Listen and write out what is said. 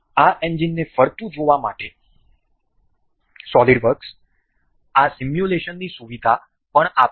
આ એન્જિનને ફરતું જોવા માટે સોલિડ વર્ક્સ આ સિમ્યુલેશનની સુવિધા પણ આપે છે